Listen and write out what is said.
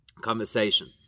conversation